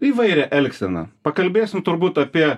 įvairią elgseną pakalbėsim turbūt apie